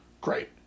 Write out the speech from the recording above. great